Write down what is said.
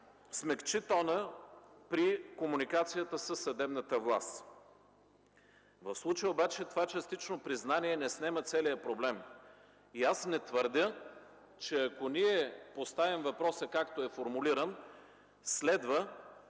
смекчи тона при комуникацията със съдебната власт. В случая обаче това частично признание не снема целия проблем. Не твърдя, че ако ние поставим въпроса, както е формулиран, следва